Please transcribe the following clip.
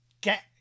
get